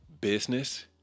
business